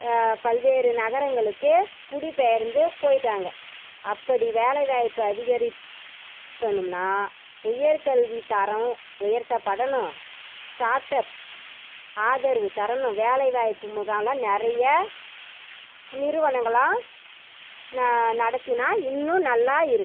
பல்வேறு நகரங்களுக்கு குடிபெயர்ந்து போயிட்டாங்க அப்படி வேலைவாய்ப்பை அதிகரிக்கணும்னா உயர்கல்வி தரம் உயர்த்தப்படணும் ஸ்டார்ட்டப் ஆதரவு தரணும் வேலைவாய்ப்பு முகாமெலாம் நிறைய நிறுவனங்கள்லாம் ந நடத்தினால் இன்னும் நல்லா இருக்கும்